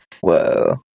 Whoa